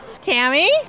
Tammy